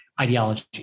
ideology